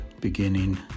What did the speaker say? beginning